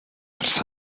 ers